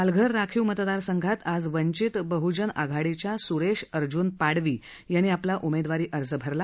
पालघर राखीव मतदारसंघात आज वंचित बह्जन आघाडीच्या स्रेश अर्ज्न पाडवी यांनी आपला उमेदवारी अर्ज भरला